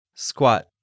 Squat